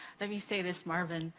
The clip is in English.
let me say this, marvin,